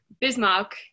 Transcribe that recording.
Bismarck